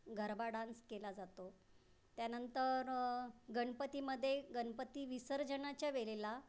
garba dance केला जातो त्यांनतर गणपतीमध्ये गनपती विसर्जनाच्या वेळेला